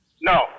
No